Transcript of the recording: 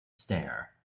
stare